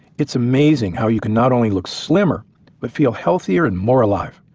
it's amazing how you cannot only look slimmer but feel healthier and more alive.